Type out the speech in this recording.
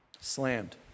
Slammed